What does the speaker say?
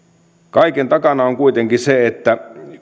kaiken takana on kuitenkin se että